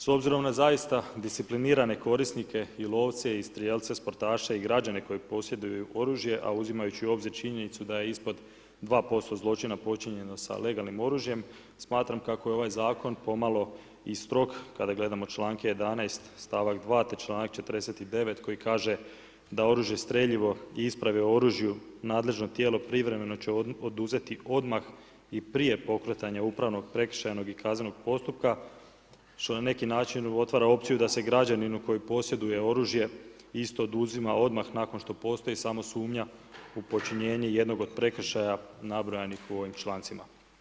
S obzirom na zaista disciplinirane korisnike i lovce, i strijelce, sportaše i građane koji posjeduju oružje, a uzimajući u obzir činjenicu da je ispod 2% zločina počinjeno sa legalnim oružjem smatram kako je ovaj zakon po malo i strog kada gledamo čl. 11. st.2. te čl. 49. koji kaže, da oružje, streljivo i isprave o oružju nadležno tijelo privremeno će oduzeti odmah i prije pokretanja upravnog i prekršajnog i kaznenog postupka, što na neki način otvara opciju da se građaninu koji posjeduje oružje isto oduzima odmah nakon što postoji samo sumnja u počinjenje jednog od prekršaja nabrojanih u ovim člancima.